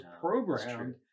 programmed